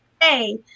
Hey